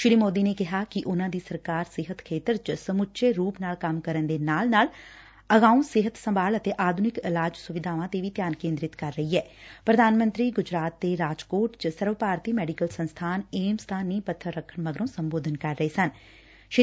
ਸੀ ਮੋਦੀ ਨੇ ਕਿਹਾ ਕਿ ਉਨਾਂ ਦੀ ਸਰਕਾਰ ਸਿਹਤ ਖੇਤਰ ਵਿਚ ਸਮੱਚੇ ਰਪ ਨਾਲ ਕੰਮ ਕਰਨ ਦੇ ਨਾਲ ਨਾਲ ਅਗਾੳ ਸਿਹਤ ਸੰਭਾਲ ਅਤੇ ਆਧੁਨਿਕ ਇਲਾਜ ਸੁਵਿਧਾਵਾਂ 'ਤੇ ਵੀ ਧਿਆਨ ਕੇਂਦਰਿਤ ਕਰ ਰਹੀ ਐੱ ਪ੍ਰਧਾਨ ਮੰਤਰੀ ਗੁਜਰਾਤ ਦੇ ਰਾਜਕੋਟ 'ਚ ਸਰਵ ਭਾਰਤੀ ਮੈਡੀਕਲ ਸੰਸਥਾਨ ਏਮਜ਼ ਦਾ ਨੀਂਹ ਪੱਬਰ ਰੱਖਣ ਮਗਰੋਂ ਸੰਬੋਧਨ ਕਰ ਰਹੇ ਸਨ